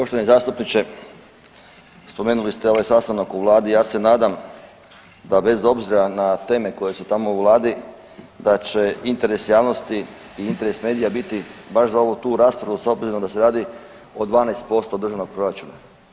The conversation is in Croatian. Poštovani zastupniče, spomenuli ste ovaj sastanak u Vladi, ja se nadam da bez obzira na teme koje su tamo u Vladi, da će interes javnosti i interes medija baš za ovu tu raspravu s obzirom da se radi o 12% državnog proračuna.